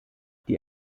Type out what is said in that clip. die